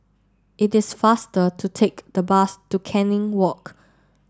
it is faster to take the bus to Canning Walk